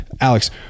Alex